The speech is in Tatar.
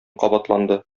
кабатланды